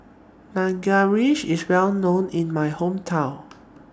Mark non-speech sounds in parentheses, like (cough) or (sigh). (unintelligible) IS Well known in My Hometown